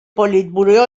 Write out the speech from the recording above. politburó